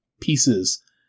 pieces